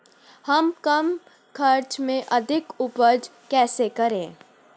हम कम खर्च में अधिक उपज कैसे करें?